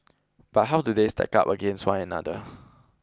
but how do they stack up against one another